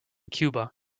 cuba